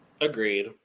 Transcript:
Agreed